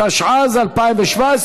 התשע"ז 2017,